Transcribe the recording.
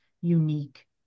unique